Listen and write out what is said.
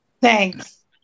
Thanks